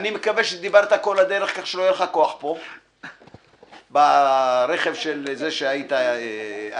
אני מקווה שדיברת כל הדרך ברכב של זה שהיה איתך,